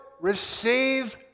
receive